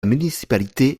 municipalité